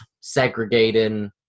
segregating